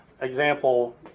example